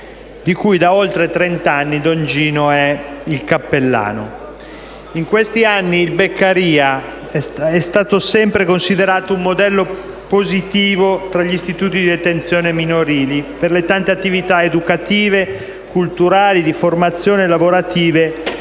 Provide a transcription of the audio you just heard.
di cui da oltre trent'anni don Gino è il cappellano. In questi anni il Beccaria è stato sempre considerato un modello positivo tra gli istituti di detenzione minorili per le tante attività educative, culturali, di formazione e lavorative